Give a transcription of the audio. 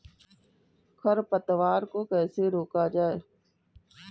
खरपतवार को कैसे रोका जाए?